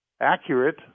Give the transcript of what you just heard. accurate